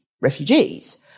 refugees